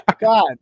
God